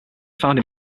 found